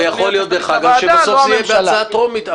אדוני היועץ המשפטי של הוועדה,